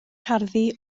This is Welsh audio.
tarddu